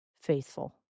faithful